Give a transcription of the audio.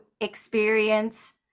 experience